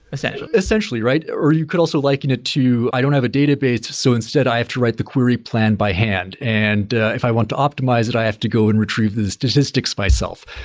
essentially? essentially, right. or you could also liken it to i don't have a database, so instead, i have to write the query plan by hand. and if i want to optimize it, i have to go and retrieve the statistics by self.